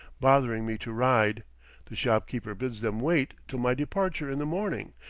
bothering me to ride the shop-keeper bids them wait till my departure in the morning,